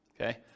okay